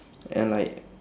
and like